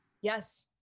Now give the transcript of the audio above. yes